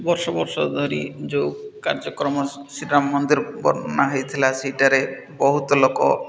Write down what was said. ବର୍ଷ ବର୍ଷ ଧରି ଯେଉଁ କାର୍ଯ୍ୟକ୍ରମ ଶ୍ରୀରାମ ମନ୍ଦିର ବର୍ଣ୍ଣନା ହେଇଥିଲା ସେଇଠାରେ ବହୁତ ଲୋକ